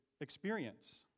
experience